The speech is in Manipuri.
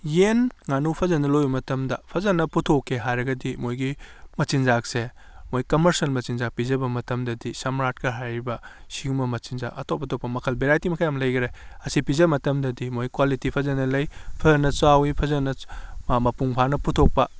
ꯌꯦꯟ ꯉꯥꯅꯨ ꯐꯖꯅ ꯂꯣꯏꯕ ꯃꯇꯝꯗ ꯐꯖꯅ ꯄꯨꯊꯣꯛꯀꯦ ꯍꯥꯏꯔꯒꯗꯤ ꯃꯣꯏꯒꯤ ꯃꯆꯤꯟꯖꯥꯛꯁꯦ ꯃꯣꯏ ꯀꯝꯃꯔꯁꯦꯜ ꯃꯆꯤꯟꯖꯥꯛ ꯄꯤꯖꯕ ꯃꯇꯝꯗꯗꯤ ꯁꯝꯔꯥꯠꯀ ꯍꯥꯏꯔꯤꯕ ꯑꯁꯤꯌꯨꯝꯕ ꯃꯆꯤꯟꯖꯥꯛ ꯑꯇꯣꯞ ꯑꯇꯣꯞꯄ ꯃꯈꯜ ꯕꯦꯔꯥꯏꯇꯤ ꯃꯈꯜ ꯌꯥꯝꯅ ꯂꯩꯈꯔꯦ ꯑꯁꯤ ꯄꯤꯖꯕ ꯃꯇꯝꯗꯗꯤ ꯃꯣꯏ ꯀ꯭ꯋꯥꯂꯤꯇꯤ ꯐꯖꯅ ꯂꯩ ꯐꯖꯅ ꯆꯥꯎꯏ ꯐꯖꯅ ꯃꯥ ꯃꯄꯨꯡ ꯐꯥꯅ ꯄꯨꯊꯣꯛꯄ